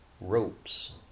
ropes